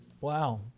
Wow